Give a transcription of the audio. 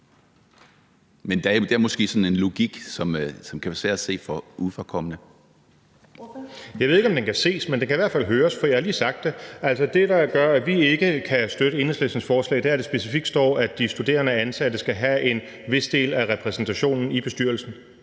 Ordføreren. Kl. 20:34 Morten Messerschmidt (DF): Jeg ved ikke, om den kan ses, men den kan i hvert fald høres, for jeg har lige sagt det. Altså, det, der gør, at vi ikke kan støtte Enhedslistens forslag, er, at der specifikt står, at de studerende og ansatte skal have en vis del af repræsentationen i bestyrelsen.